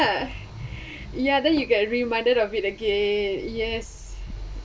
~a then you get reminded of it again yes